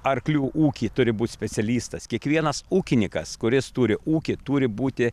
arklių ūky turi būti specialistas kiekvienas ūkinykas kuris turi ūkį turi būti